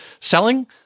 selling